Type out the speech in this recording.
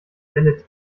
welle